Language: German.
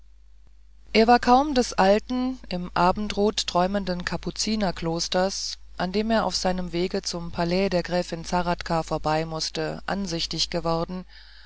er war kaum des alten im abendrot träumenden kapuzinerklosters an dem er auf seinem wege zum palais der gräfin zahradka vorbei mußte ansichtig geworden